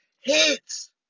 hits